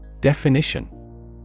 Definition